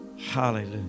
Hallelujah